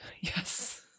Yes